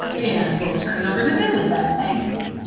and we'll turn it over to david, then, thanks!